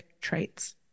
traits